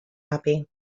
happy